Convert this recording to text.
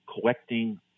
collecting